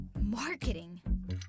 Marketing